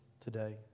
today